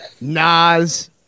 Nas